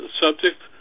subject